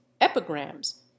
epigrams